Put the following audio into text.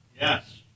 Yes